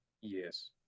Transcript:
Yes